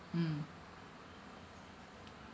mm